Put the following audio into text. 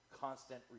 constant